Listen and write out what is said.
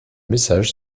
message